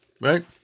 right